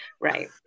right